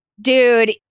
dude